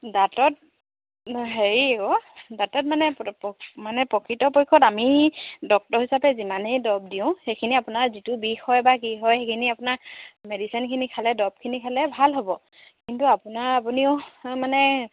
দাঁতত হেৰি অ' দাঁতত মানে মানে প্ৰকৃতপক্ষত আমি ডক্তৰ হিচাপে যিমানেই দৰব দিওঁ সেইখিনি আপোনাৰ যিটো বিষ হয় বা কি হয় সেইখিনি আপোনাৰ মেডিচিনখিনি খালে দৰবখিনি খালে ভাল হ'ব কিন্তু আপোনাৰ আপুনিও মানে